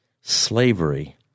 slavery